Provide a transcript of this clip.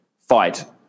fight